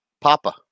Papa